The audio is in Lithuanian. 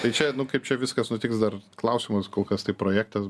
tai čia nu kaip čia viskas nutiks dar klausimas kol kas tai projektas